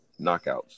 knockouts